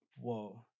Whoa